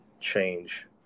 change